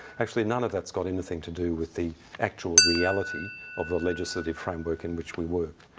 actually, none of that's got anything to do with the actual reality of the legislative framework in which we work.